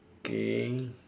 okay